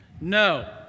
No